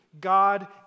God